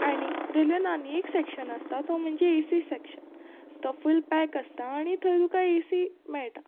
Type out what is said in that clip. आनी रेल्वेन आनी एक सॅक्शन आसता तो म्हणजे ए सी सॅक्शन तो फूल पॅक आसता आनी थंय तुका ए सी मेळटा